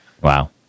Wow